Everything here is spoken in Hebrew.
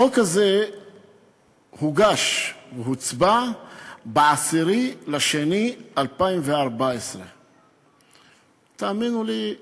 החוק הזה הוגש והוצבע ב-10 בפברואר 2014. תאמינו לי,